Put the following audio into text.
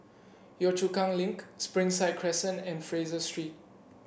Yio Chu Kang Link Springside Crescent and Fraser Street